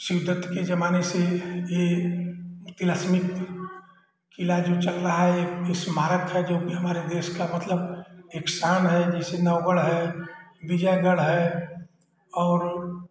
शिवदत्त के जमाने से ये तिलस्मी किला जो चल रहा है एक स्मारक है जो की हमारे देश का मतलब एक शान है जैसे नवगढ़ है विजयगढ़ है और